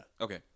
Okay